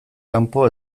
kanpo